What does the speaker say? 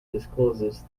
discloses